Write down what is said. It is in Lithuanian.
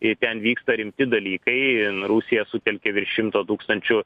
ir ten vyksta rimti dalykai rusija sutelkė virš šimto tūkstančių